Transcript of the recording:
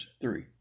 three